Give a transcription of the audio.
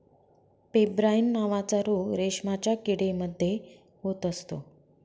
pebrine नावाचा रोग रेशमाच्या किडे मध्ये होत असतो